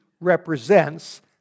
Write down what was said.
represents